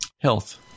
health